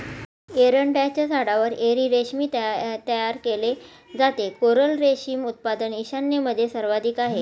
एरंडाच्या झाडावर एरी रेशीम तयार केले जाते, कोरल रेशीम उत्पादन ईशान्येमध्ये सर्वाधिक आहे